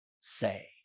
say